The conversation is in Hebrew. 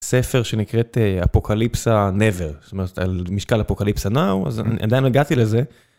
ספר שנקראת אפוקליפסה never, זאת אומרת על משקל אפוקליפסה now, אז אני עדיין הגעתי לזה.